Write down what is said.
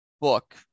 Book